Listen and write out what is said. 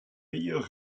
meilleurs